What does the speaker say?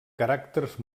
caràcters